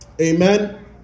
Amen